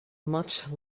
much